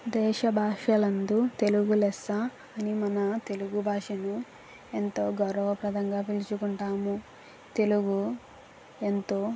దేశభాషలందు తెలుగు లెస్స అని మన తెలుగు భాషను ఎంతో గౌరవప్రదంగా పిలుచుకుంటాము తెలుగు ఎంతో